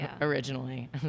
originally